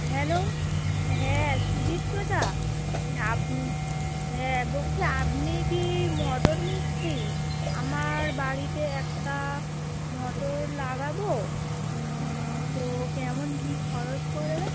hello হ্যাঁ সুদীপ্ত দা আপনি বলছি আপনি কি মোটর মিস্ত্রী আমার বাড়িতে একটা মোটর লাগাবো তো কেমন কী খরচ পড়বে